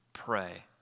Pray